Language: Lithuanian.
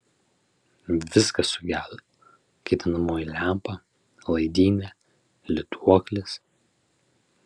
viskas sugedo kaitinamoji lempa laidynė lituoklis